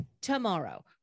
tomorrow